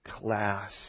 class